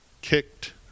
kicked